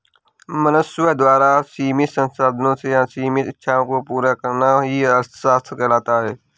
मनुष्य द्वारा सीमित संसाधनों से असीमित इच्छाओं को पूरा करना ही अर्थशास्त्र कहलाता है